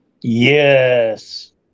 Yes